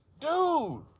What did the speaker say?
Dude